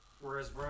Whereas